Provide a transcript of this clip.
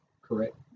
correct